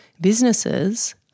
Businesses